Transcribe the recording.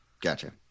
Gotcha